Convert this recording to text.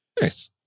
Nice